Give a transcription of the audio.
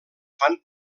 fan